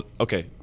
okay